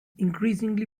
increasingly